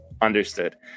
Understood